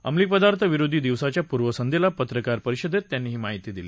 अमली पदार्थ विरोधी दिवसाच्या पूर्व संध्येला पत्रकार परिषदेत त्यांनी ही माहिती दिली